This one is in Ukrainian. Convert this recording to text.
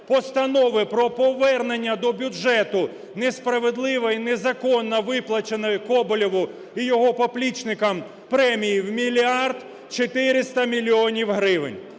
постанови про повернення до бюджету несправедливо і незаконно виплаченоїКоболєву і його поплічникам премії в 1 мільярд 400 мільйонів гривень.